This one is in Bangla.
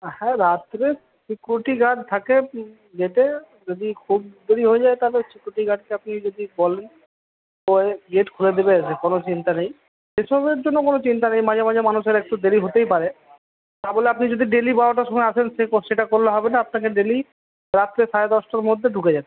হ্যাঁ রাত্রে সিকিউরিটি গার্ড থাকে গেটে যদি খুব দেরী হয়ে যায় তাহলে সিকিউরিটি গার্ডকে আপনি যদি বলেন ওয়ে গেট খুলে দিবে এসে কোনো চিন্তা নেই এসবের জন্য কোনো চিন্তা নেই মাঝে মাঝে মানুষের একটু দেরী হতেই পারে তা বলে আপনি যদি ডেলি বারোটার সময় আসেন সে কো সেটা করলে হবে না আপনাকে ডেলি রাত্রে সাড়ে দশটার মধ্যে ঢুকে যেতে হবে